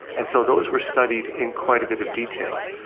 and so those were studied in quite a bit of detail.